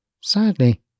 Sadly